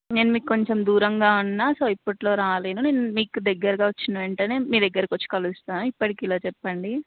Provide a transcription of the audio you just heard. మీకు కొంచెం దూరంగా ఉన్నా సో ఇప్పట్లో రాలేను నేను మీకు దగ్గరగా వచ్చిన వెంటనే మీ దగ్గరికి వచ్చి కలుస్తాను ఇప్పటికి ఇలా చెప్పండి